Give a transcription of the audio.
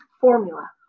formula